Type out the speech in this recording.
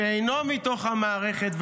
שאינו מתוך המערכת,